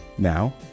Now